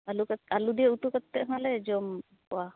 ᱟ ᱞᱩ ᱫᱤᱭᱮ ᱩᱛᱩ ᱠᱟᱛᱮᱫ ᱦᱚᱞᱮ ᱡᱚᱢ ᱠᱚᱣᱟ